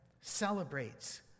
celebrates